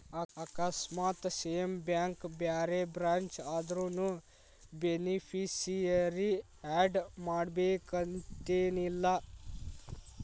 ಆಕಸ್ಮಾತ್ same bank ಬ್ಯಾರೆ branch ಆದ್ರುನೂ ಬೆನಿಫಿಸಿಯರಿ ಆಡ್ ಮಾಡಬೇಕನ್ತೆನಿಲ್ಲಾ